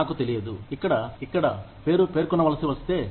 నాకు తెలియదు ఇక్కడ పేరు పేర్కొనవలసివస్తే